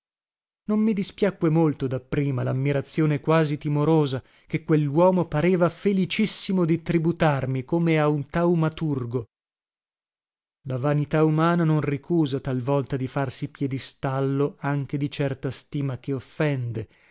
non mi dispiacque molto dapprima lammirazione quasi timorosa che quelluomo pareva felicissimo di tributarmi come a un taumaturgo la vanità umana non ricusa talvolta di farsi piedistallo anche di certa stima che offende